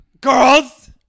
girls